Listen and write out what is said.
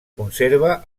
conserva